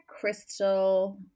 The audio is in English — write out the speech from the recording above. Crystal